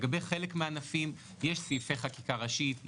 לגבי חלק מן הענפים יש סעיפי חקיקה ראשית,